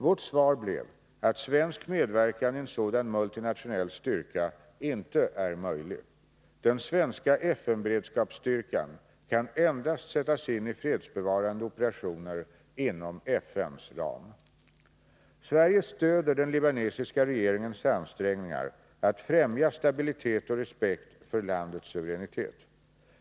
Vårt svar blev att svensk medverkan i en sådan multinationell styrka inte är möjlig. Den svenska FN-beredskapsstyrkan kan endast sättas in i fredsbevarande operationer inom FN:s ram. Sverige stöder den libanesiska regeringens ansträngningar att främja stabilitet och respekt för landets suveränitet.